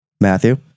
Matthew